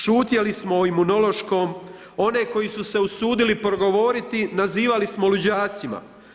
Šutjeli smo o Imunološkom, one koji su se usudili progovoriti, nazivali smo luđacima.